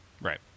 right